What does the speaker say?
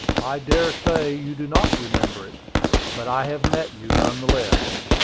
i dare say you do not remember it but i have met you none the less.